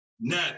net